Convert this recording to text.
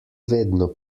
vedno